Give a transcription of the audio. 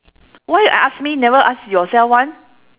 why uh ask me you never ask yourself [one]